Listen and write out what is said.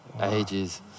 Ages